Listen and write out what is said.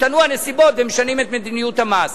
השתנו הנסיבות ומשנים את מדיניות המס.